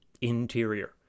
interior